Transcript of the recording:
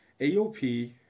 AOP